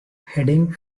heading